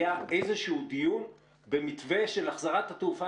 היה איזשהו דיון במתווה של החזרת התעופה?